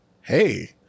hey